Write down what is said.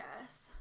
Yes